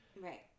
right